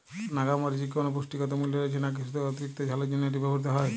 নাগা মরিচে কি কোনো পুষ্টিগত মূল্য রয়েছে নাকি শুধু অতিরিক্ত ঝালের জন্য এটি ব্যবহৃত হয়?